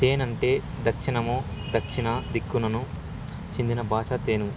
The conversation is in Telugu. తేనంటే దక్షిణమో దక్షణ దిక్కునకు చెందిన భాష తేను